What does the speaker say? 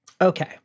Okay